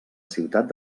ciutat